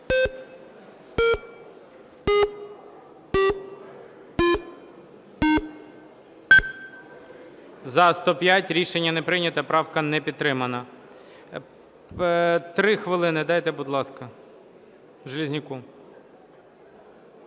За-105 Рішення не прийнято. Правка не підтримана. Три хвилини дайте, будь ласка, Железняку.